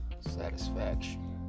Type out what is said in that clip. satisfaction